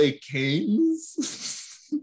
Kings